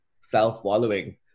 self-wallowing